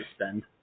spend